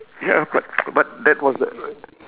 ya but but that was the